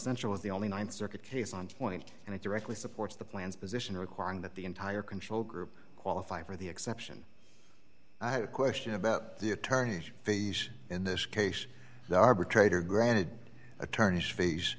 was the only one circuit case on point and it directly supports the plan's position requiring that the entire control group qualify for the exception i had a question about the attorneys in this case the arbitrator granted attorney's